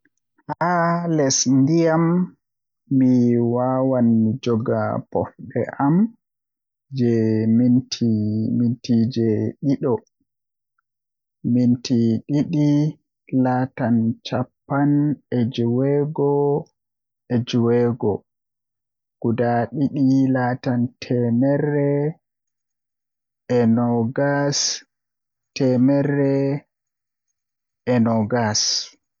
Haa less ndiyan mi wawan mi joga pofde am jei minti dido minti didi laatan cappan e jweego jweego gud didi laata temerre e nogas sekan temmere e nogas.